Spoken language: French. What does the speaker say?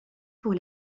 pour